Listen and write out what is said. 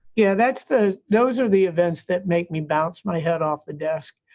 yeah, that's the those are the events that make me bounce my head off the desk.